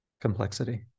complexity